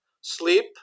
sleep